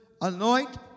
anoint